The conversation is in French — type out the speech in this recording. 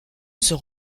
sont